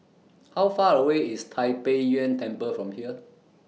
How Far away IS Tai Pei Yuen Temple from here